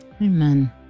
Amen